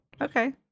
Okay